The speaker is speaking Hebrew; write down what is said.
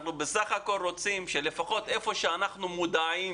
אנחנו בסך הכול רוצים שלפחות במה שאנחנו מודעים